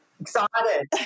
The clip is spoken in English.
Excited